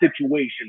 situation